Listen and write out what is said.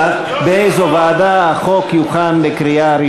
39 בעד, עשרה מתנגדים, אין נמנעים.